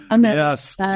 Yes